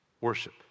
worship